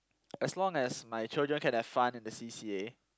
as long as my children can have fun in the C_C_A